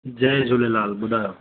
जय झूलेलाल बुधायो